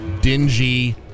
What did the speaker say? dingy